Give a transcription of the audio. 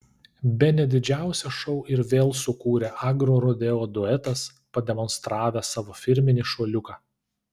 bene didžiausią šou ir vėl sukūrė agrorodeo duetas pademonstravęs savo firminį šuoliuką